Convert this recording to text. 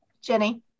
Jenny